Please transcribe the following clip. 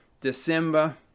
December